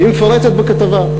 היא מפרטת בכתבה: